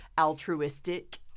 Altruistic